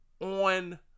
on